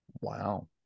Wow